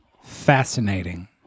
fascinating